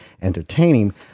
entertaining